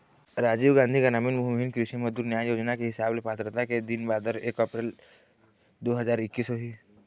राजीव गांधी गरामीन भूमिहीन कृषि मजदूर न्याय योजना के हिसाब ले पात्रता के दिन बादर एक अपरेल दू हजार एक्कीस होही